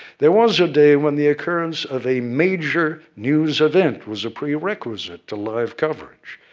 there was a day when the occurrence of a major news event was a prerequisite to live coverage.